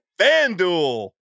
FanDuel